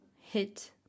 hit